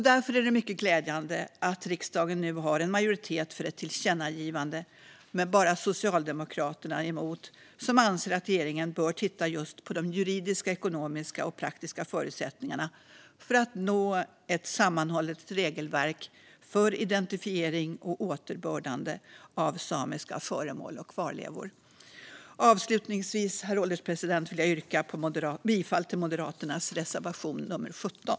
Därför är det mycket glädjande att riksdagen nu har en majoritet för ett tillkännagivande, med bara Socialdemokraterna emot, som anser att regeringen bör titta just på de juridiska, ekonomiska och praktiska förutsättningarna för att nå ett sammanhållet regelverk för identifiering och återbördande av samiska föremål och kvarlevor. Avslutningsvis, herr ålderspresident, vill jag yrka bifall till Moderaternas reservation nummer 17.